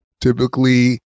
typically